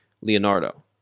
Leonardo